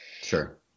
Sure